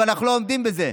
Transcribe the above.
אנחנו כבר לא עומדים בזה.